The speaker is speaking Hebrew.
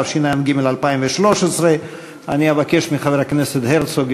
התשע"ג 2013. אני אבקש מחבר הכנסת הרצוג,